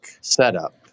setup